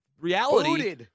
reality